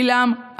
עילם,